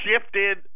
shifted